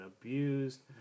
abused